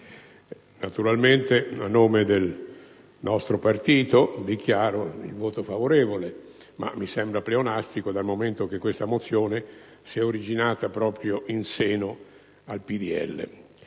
Presidente, a nome del nostro Gruppo dichiaro il voto favorevole, ma mi sembra pleonastico, dal momento che questa mozione è originata proprio in seno al PdL.